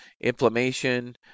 inflammation